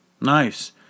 Nice